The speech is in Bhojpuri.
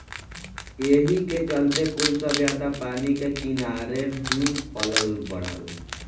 एही के चलते कुल सभ्यता पानी के किनारे ही पलल बढ़ल